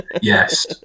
Yes